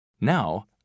Now